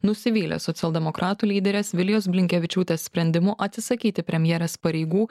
nusivylė socialdemokratų lyderės vilijos blinkevičiūtės sprendimu atsisakyti premjerės pareigų